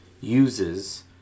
uses